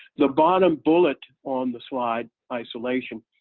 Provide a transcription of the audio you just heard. the bottom bullet on the slide, isolation,